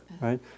Right